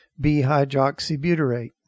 B-hydroxybutyrate